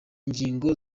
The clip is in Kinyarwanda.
ngingo